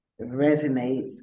resonates